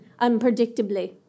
unpredictably